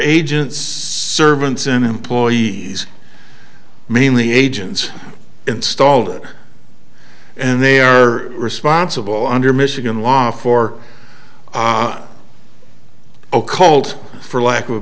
agents servants employees mainly agents installed and they're responsible under michigan law for on a cold for lack of a